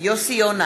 יוסי יונה,